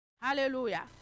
Hallelujah